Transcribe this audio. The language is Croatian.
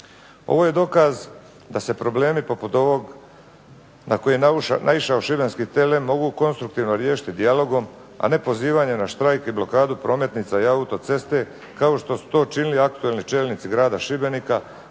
Ovo je dokaz da se problemi poput ovog na koji je naišao šibenski TLM mogu konstruktivno riješiti dijalogom, a ne pozivanjem na štrajk i blokadu prometnica i autoceste kao što su to činili aktualni čelnici grada Šibenika